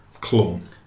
clone